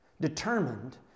determined